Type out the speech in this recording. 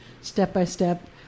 step-by-step